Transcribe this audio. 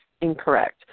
Incorrect